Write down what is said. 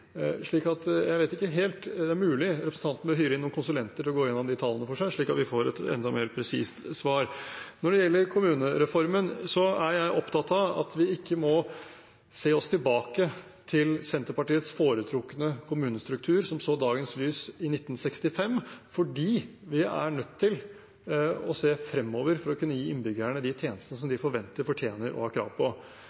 jeg vet ikke helt, men det er mulig at representanten bør hyre inn noen konsulenter til å gå igjennom de tallene for seg, slik at vi får et enda mer presist svar. Når det gjelder kommunereformen, er jeg opptatt av at vi ikke må se oss tilbake til Senterpartiets foretrukne kommunestruktur, som så dagens lys i 1965, fordi vi er nødt til å se fremover for å kunne gi innbyggerne de tjenestene som